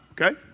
okay